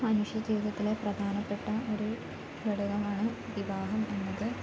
മനുഷ്യ ജീവിതത്തിലെ പ്രധാനപ്പെട്ട ഒരു ഘടകമാണ് വിവാഹം എന്നത്